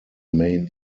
main